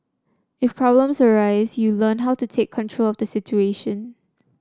if problems arise you learn how to take control of the situation